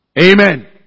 Amen